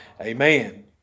amen